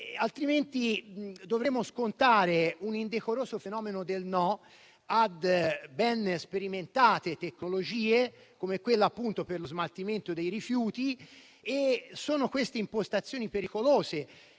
Altrimenti, dovremo scontare un indecoroso fenomeno del «no» a ben sperimentate tecnologie, come quella per lo smaltimento dei rifiuti, e sono queste impostazioni pericolose